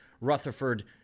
Rutherford